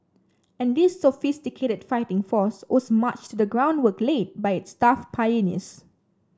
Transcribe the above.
and this sophisticated fighting force owes much to the groundwork laid by its tough pioneers